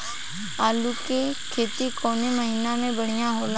आलू क खेती कवने महीना में बढ़ियां होला?